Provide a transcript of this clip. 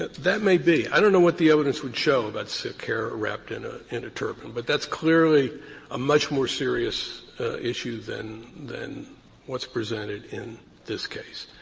that may be. i don't know what the evidence would show about sikh hair wrapped in a in a turban. but that's clearly a much more serious issue than than what's presented in this case.